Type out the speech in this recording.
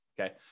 Okay